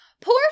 poor